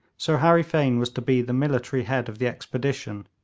sir harry fane was to be the military head of the expedition,